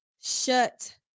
shut